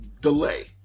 delay